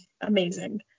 amazing